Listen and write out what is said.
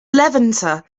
levanter